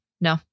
No